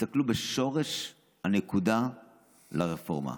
שהסתכלו בשורש הנקודה של הרפורמה.